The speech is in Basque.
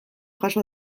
jaso